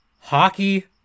Hockey